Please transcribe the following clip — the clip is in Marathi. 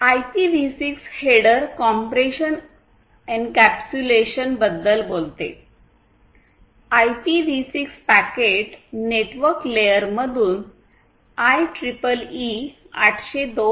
आयपीव्ही 6 हेडर कॉम्प्रेशन एन्केप्युलेशन बद्दल बोलतो आयपीव्ही 6 पॅकेट नेटवर्क लेयरमधून आयट्रिपलई 802